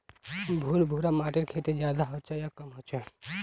भुर भुरा माटिर खेती ज्यादा होचे या कम होचए?